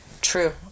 True